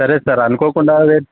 సరే సార్ అనుకోకుండా